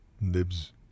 nibs